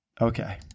Okay